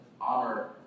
honor